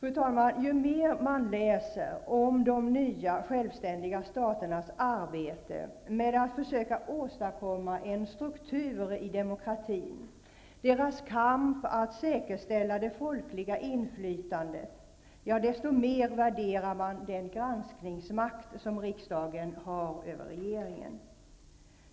Fru talman! Ju mer man läser om de nya självständiga staternas arbete med att försöka åstadkomma en struktur i demokratin och deras kamp att säkerställa det folkliga inflytandet, desto mer värderar man den granskningsmakt som riksdagen har över regeringen.